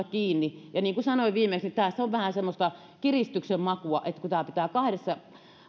kiinni niin niin kuin sanoin viimeksi tässä on vähän semmoista kiristyksen makua että koska tämä pitää kahdessa